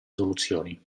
soluzioni